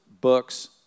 books